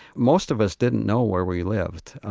most of us didn't know where we lived.